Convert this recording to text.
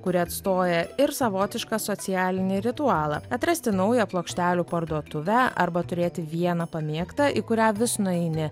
kuri atstoja ir savotišką socialinį ritualą atrasti naują plokštelių parduotuvę arba turėti vieną pamėgtą į kurią vis nueini